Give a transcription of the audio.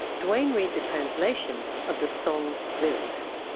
duane reads a translation of the song's lyrics.